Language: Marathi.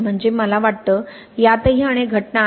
म्हणजे मला वाटतं यातही अनेक घटक आहेत